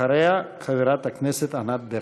אחריה, חברת הכנסת ענת ברקו.